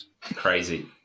crazy